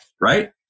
right